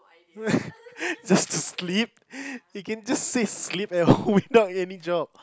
just a slip you can just say slip and hold without any job